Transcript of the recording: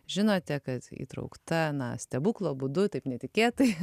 žinote kad įtraukta na stebuklo būdu taip netikėtai